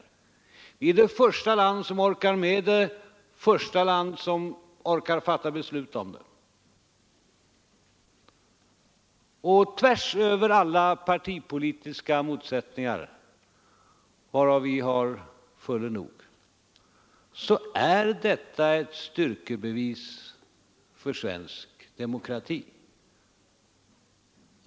Sverige är det första land som orkar med det och det första land som fattar beslut om det. Tvärs över alla partipolitiska motsättningar, varav vi har fuller nog, är detta ett styrkebevis för svensk demokrati.